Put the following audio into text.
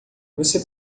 você